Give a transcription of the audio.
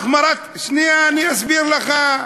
החמרת, שנייה, אני אסביר לך.